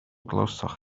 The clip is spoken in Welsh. glywsoch